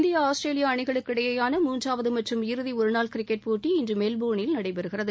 India Australia அணிகளுக்கு இடையேயான மூன்றாவது மற்றும் இறுதி ஒருநாள் கிரிக்கெட் போட்டி இன்று மெல்போர்னில் நடைபெறுகிறது